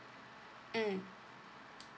mm